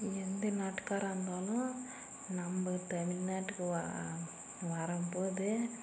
எந்த நாட்டுக்காராக இருந்தாலும் நம்ம தமிழ்நாட்டுக்கு வரும்போதே